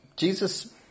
Jesus